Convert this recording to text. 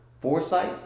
foresight